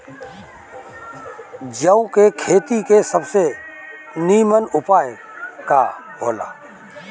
जौ के खेती के सबसे नीमन उपाय का हो ला?